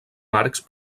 marcs